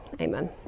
Amen